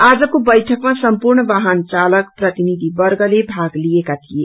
आजको बैठकमा सम्पूर्ण वाहन चालक प्रतिनिधिवग्रले भाग लिएका थिए